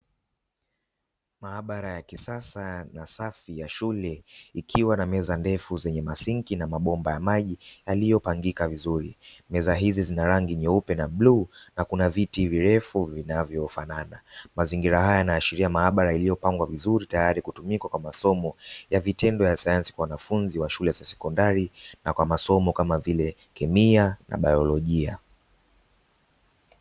Maabara ya kisasa na safi ya shule ikiwa na meza ndefu zenye masinki na mabomba ya maji yaliyopangika vizuri, meza hizi zina rangi nyeupe na blue na kuna viti virefu vinavyofanana, mazingira haya yanaashiria maabara iliyopangwa vizuri tayari kutumika kwa masomo ya vitendo ya sayansi, kwa wanafunzi wa shule za sekondari na kwa masomo kama vile kemia na biolojia.